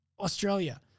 Australia